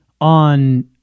on